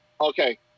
Okay